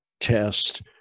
test